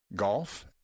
Golf